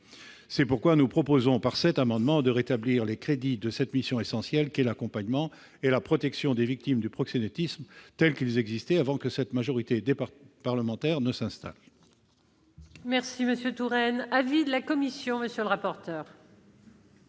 C'est pourquoi nous souhaitons, par cet amendement, rétablir les crédits de cette mission essentielle qu'est l'accompagnement et la protection des victimes du proxénétisme au niveau qui était le leur avant que cette majorité parlementaire ne s'installe.